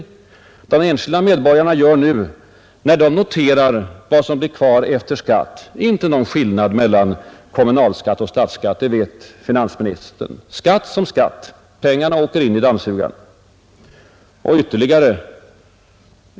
När de enskilda medborgarna noterar vad som blir kvar när skatten fråndragits gör de ingen skillnad mellan kommunalskatt och statlig skatt, det vet finansministern. Skatt som skatt — pengarna åker in i dammsugaren.